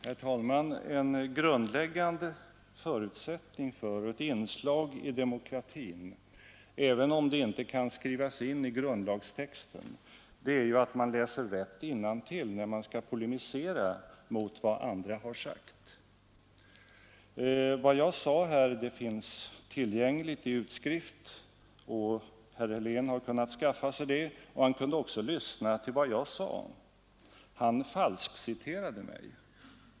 Herr talman! En grundläggande förutsättning för och ett inslag i demokratin -— även om det inte kan skrivas in i grundlagstexten — är att man läser rätt innantill när man skall polemisera mot vad andra har sagt. Vad jag sade här finns tillgängligt i utskrift, och herr Helén hade kunnat skaffa sig det. Han kunde också lyssnat till vad jag sade. Han falskeiterade mig.